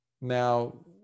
Now